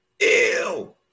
Ew